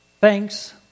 thanks